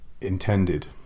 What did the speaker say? intended